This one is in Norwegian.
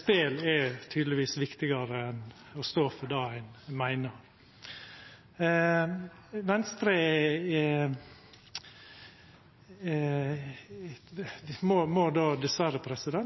Spel er tydelegvis viktigare enn å stå for det ein meiner. Venstre må då dessverre seia